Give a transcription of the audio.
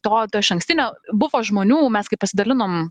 to išankstinio buvo žmonių mes kai pasidalinom